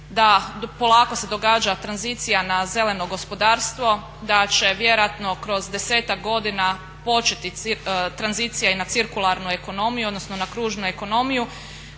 da polako se događa tranzicija na zeleno gospodarstvo, da će vjerojatno kroz desetak godina početi tranzicija i na cirkularnu ekonomiju, odnosno na kružnu ekonomiju.